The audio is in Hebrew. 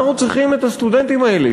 אנחנו צריכים את הסטודנטים האלה,